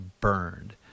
burned